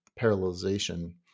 parallelization